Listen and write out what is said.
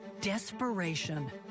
Desperation